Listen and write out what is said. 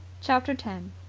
chapter ten.